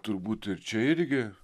turbūt ir čia irgi